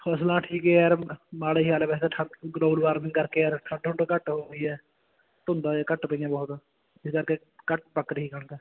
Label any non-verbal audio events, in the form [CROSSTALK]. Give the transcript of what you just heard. ਫਸਲਾਂ ਠੀਕ ਹੈ ਯਾਰ [UNINTELLIGIBLE] ਮਾੜਾ ਹੀ ਹਾਲ ਆ ਵੈਸੇ ਠ ਗਲੋਬਲ ਵਾਰਮਿੰਗ ਕਰਕੇ ਯਾਰ ਠੰਡ ਠੁੰਡ ਘੱਟ ਹੋ ਗਈ ਹੈ ਧੁੰਦਾਂ ਜੇ ਘੱਟ ਪਈਆਂ ਬਹੁਤ ਇਸ ਕਰਕੇ ਘੱਟ ਪੱਕ ਰਹੀ ਕਣਕ